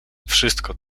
wszystko